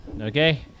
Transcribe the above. okay